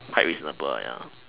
quite reasonable ya